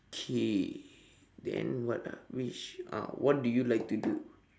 K then what ah which uh what do you like to do